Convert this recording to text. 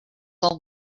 all